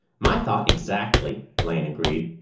my thought exactly, blane agreed.